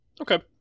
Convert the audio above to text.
Okay